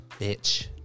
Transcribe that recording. bitch